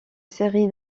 série